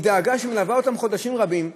דאגה שמלווה אותם חודשים רבים,